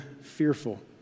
fearful